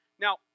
Now